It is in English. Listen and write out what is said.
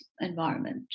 environment